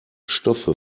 stoffe